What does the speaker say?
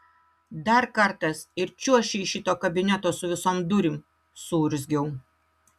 dar kartas ir čiuoši iš šito kabineto su visom durim suurzgiau